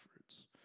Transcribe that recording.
efforts